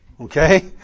Okay